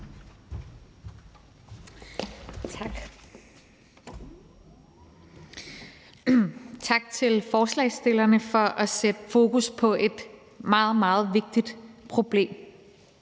Tak. Tak til forslagsstillerne for at sætte fokus på et meget, meget vigtigt problem.